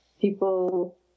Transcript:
people